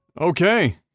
Okay